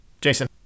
Jason